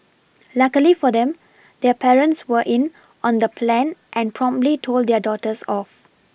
luckily for them their parents were in on the plan and promptly told their daughters off